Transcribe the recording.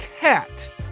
cat